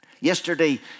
Yesterday